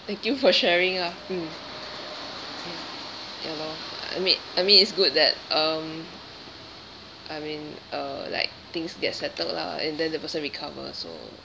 thank you for sharing lah mm ya lor I mean I mean it's good that um I mean uh like things get settled lah and then the person recover also